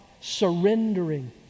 surrendering